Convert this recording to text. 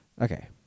Okay